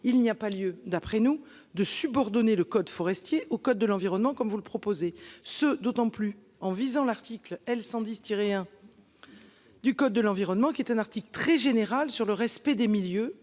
il n'y a pas lieu d'après nous de subordonner le code forestier au code de l'environnement comme vous le proposez ce d'autant plus en visant l'article L 110 tirer 1. Du code de l'environnement qui est un article très général sur le respect des milieux